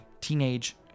teenage